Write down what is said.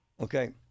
Okay